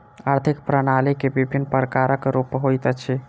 आर्थिक प्रणाली के विभिन्न प्रकारक रूप होइत अछि